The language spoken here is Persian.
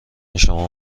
شما